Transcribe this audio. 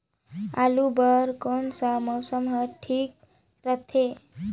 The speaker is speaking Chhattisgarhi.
आलू बार कौन सा मौसम ह ठीक रथे?